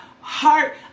heart